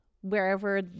wherever